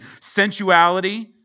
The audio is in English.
sensuality